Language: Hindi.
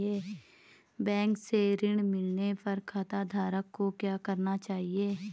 बैंक से ऋण मिलने पर खाताधारक को क्या करना चाहिए?